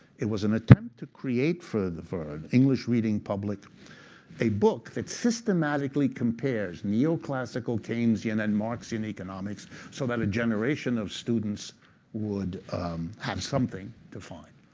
it was an attempt to create for the ah english reading public a book that systematically compares neoclassical keynesian and marxian economics so that a generation of students would have something to find.